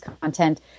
content